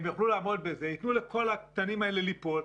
וייתנו לכל הקטנים האלה ליפול,